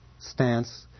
stance